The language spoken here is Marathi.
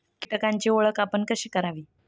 कीटकांची ओळख आपण कशी करावी?